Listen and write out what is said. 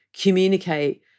communicate